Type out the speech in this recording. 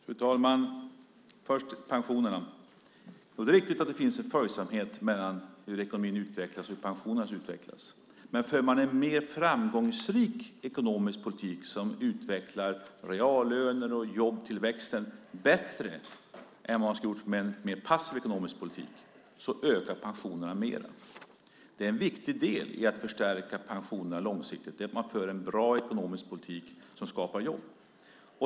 Fru talman! Först när det gäller pensionerna är det riktigt att det finns ett samband mellan hur ekonomin utvecklas och hur pensionerna utvecklas. Men för man en mer framgångsrik ekonomisk politik som utvecklar reallöner och jobbtillväxten bättre än vad en passiv ekonomisk politik skulle ha gjort ökar pensionerna mer. En viktig del i att förstärka pensionerna långsiktigt är att föra en bra ekonomisk politik som skapar jobb.